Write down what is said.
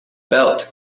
belt